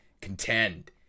contend